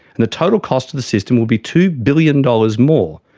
and the total cost of the system would be two billion dollars more.